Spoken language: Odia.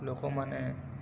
ଲୋକମାନେ